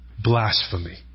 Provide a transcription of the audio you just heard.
blasphemy